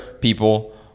people